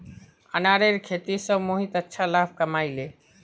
अनारेर खेती स मोहित अच्छा लाभ कमइ ले